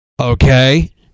Okay